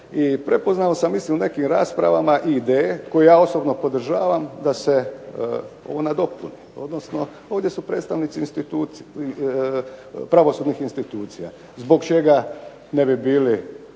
prepoznao sam mislim u nekim raspravama i ideje, koje ja osobno podržavam, da se ovo nadopuni. Odnosno, ovdje su predstavnici pravosudnih institucija. Zbog čega ne bi bili na